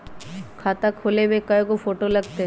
खाता खोले में कइगो फ़ोटो लगतै?